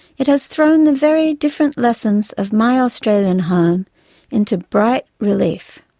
it has thrown the very different lessons of my australian home into bright relief.